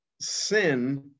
sin